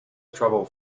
trouble